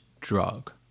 drug